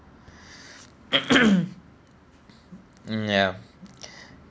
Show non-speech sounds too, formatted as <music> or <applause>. <coughs> mm ya